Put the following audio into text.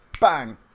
Bang